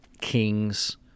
kings